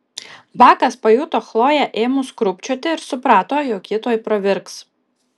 bakas pajuto chloję ėmus krūpčioti ir suprato jog ji tuoj pravirks